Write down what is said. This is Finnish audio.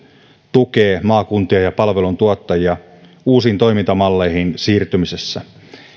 tukevat maakuntia ja palveluntuottajia uusiin toimintamalleihin siirtymisessä